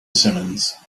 simmons